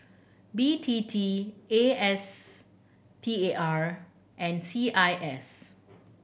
B T T A S T A R and C I S